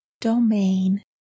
domain